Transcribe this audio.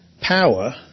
power